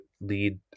lead